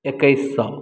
एक्कैस सए